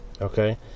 Okay